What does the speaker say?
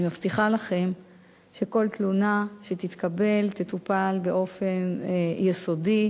אני מבטיחה לכם שכל תלונה שתתקבל תטופל באופן יסודי,